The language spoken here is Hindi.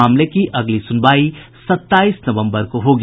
मामले की अगली सुनवाई सत्ताईस नवम्बर को होगी